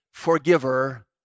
forgiver